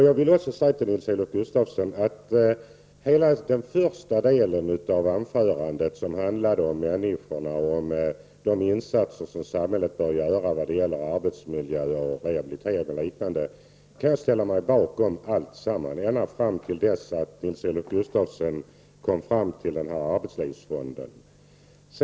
Jag vill också säga till Nils-Olof Gustafsson att jag kan ställa mig bakom hela den första delen av hans anförande som handlade om de insatser som samhället bör göra när det gäller arbetsmiljö, rehabilitering och liknande, ända tills han berörde arbetslivsfonden.